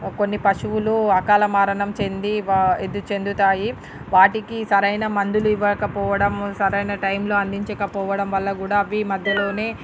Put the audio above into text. కొన్ని పశువులు ఆకాల మరణం చెంది వా ఇది చెందుతాయి వాటికి సరైన మందులు ఇవ్వక పోవడం సరైన టైంలో అందించకపోవడం వల్లగూడా అవి మధ్యలోనే